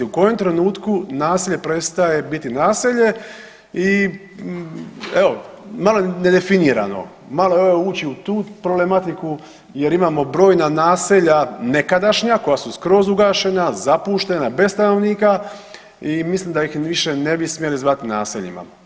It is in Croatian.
U kojem trenutku naselje prestaje biti naselje i evo malo je nedefinirano, malo evo i ući u tu problematiku jer imamo brojna naselja nekadašnja koja su skroz ugašena, zapuštena, bez stanovnika i mislim da ih više ne bi smjeli zvati naseljima.